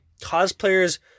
cosplayers